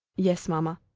yes, mamma.